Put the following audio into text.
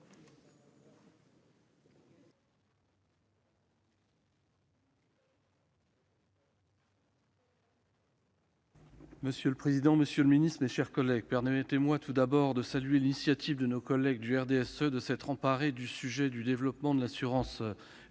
Monsieur le président, monsieur le ministre, mes chers collègues, permettez-moi tout d'abord de saluer l'initiative de nos collègues du RDSE, qui se sont emparés du sujet du développement de l'assurance récolte